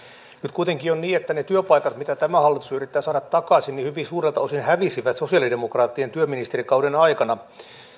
kuitenkin on niin että ne työpaikat mitä tämä hallitus yrittää saada takaisin hyvin suurelta osin hävisivät sosialidemokraattisen työministerin kauden aikana